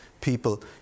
people